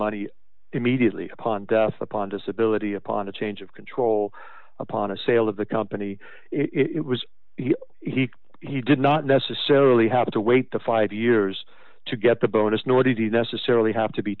money immediately upon death upon disability upon a change of control upon a sale of the company it was he he did not necessarily have to wait the five years to get the bonus